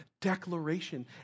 declaration